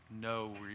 no